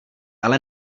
ale